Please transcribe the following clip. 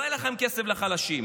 לא יהיה לכם כסף לחלשים.